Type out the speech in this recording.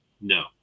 No